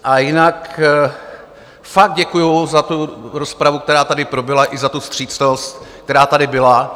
A jinak fakt děkuji za tu rozpravu, která tady proběhla, i za tu vstřícnost, která tady byla.